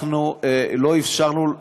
אנחנו לא אפשרנו,